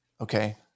Okay